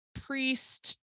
priest